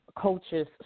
coaches